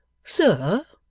sir,